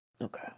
Okay